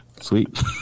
Sweet